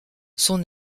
son